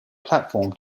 platform